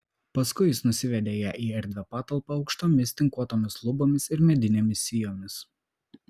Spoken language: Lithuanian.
paskui jis nusivedė ją į erdvią patalpą aukštomis tinkuotomis lubomis ir medinėmis sijomis